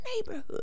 neighborhood